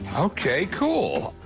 ok, cool.